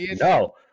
no